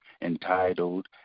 entitled